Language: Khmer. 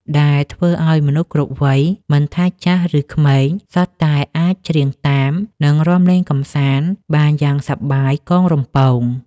ដែលធ្វើឱ្យមនុស្សគ្រប់វ័យ មិនថាចាស់ឬក្មេង សុទ្ធតែអាចច្រៀងតាម និងរាំលេងកម្សាន្តបានយ៉ាងសប្បាយកងរំពង។